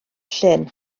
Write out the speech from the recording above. llyn